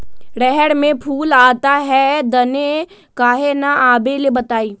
रहर मे फूल आता हैं दने काहे न आबेले बताई?